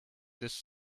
this